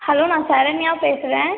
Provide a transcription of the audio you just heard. hello நான் சரண்யா பேசுகிறேன்